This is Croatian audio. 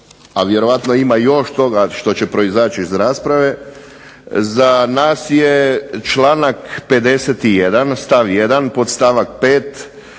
a vjerovatno ima još toga što će proizaći iz rasprave, za nas je članak 51. stav 1. podstavak 5.